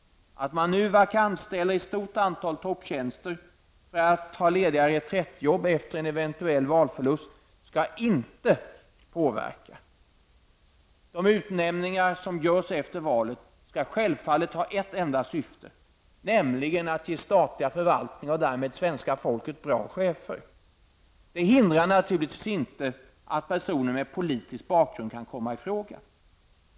Att man nu vakansställer ett stort antal topptjänster för att ha lediga reträttjobb efter en eventuell valförlust skall inte påverka. De utnämningar som görs efter valet skall självfallet ha ett enda syfte, nämligen att ge statliga förvaltningar och därmed svenska folket bra chefer. Det hindrar inte att personer med politisk bakgrund kan komma i fråga.